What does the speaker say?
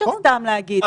אי אפשר סתם להגיד.